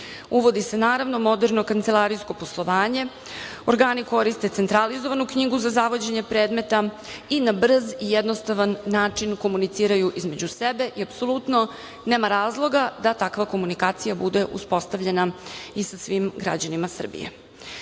Uvodi se, naravno, moderno kancelarijsko poslovanje. Organi koriste centralizovanu knjigu za zavođenje predmeta i na brz i jednostavan način komuniciraju između sebe i apsolutno nema razloga da takva komunikacija bude uspostavljena i sa svim građanima Srbije. Srbija